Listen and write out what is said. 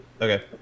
okay